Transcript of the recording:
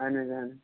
اَہَن حظ اَہَن حظ